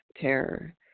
terror